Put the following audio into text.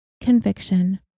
conviction